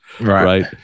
right